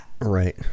Right